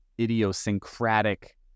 idiosyncratic